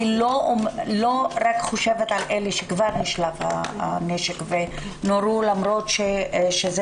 אני לא רק חושבת על אלה שכבר נשלף הנשק ונורו למרות שזה